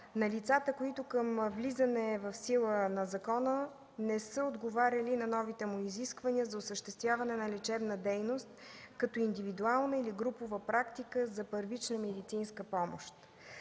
на лицата, които към влизане в сила на закона не са отговаряли на новите му изисквания за осъществяване на лечебна дейност като индивидуална или групова практика за първична медицинска помощ.